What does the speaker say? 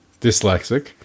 dyslexic